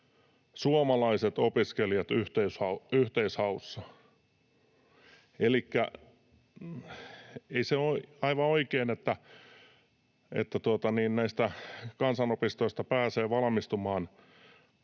suomalaiset opiskelijat yhteishaussa. Elikkä ei se ole aivan oikein, että näistä kansanopistoista pääsee valmistumaan